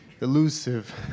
Elusive